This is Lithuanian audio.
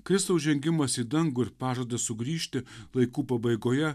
kristaus žengimas į dangų ir pažadas sugrįžti laikų pabaigoje